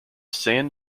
san